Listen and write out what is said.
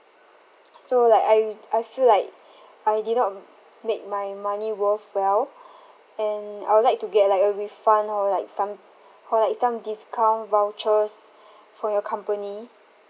so like I I feel like I did not make my money worth well and I would like to get like a refund or like some or like some discount vouchers from your company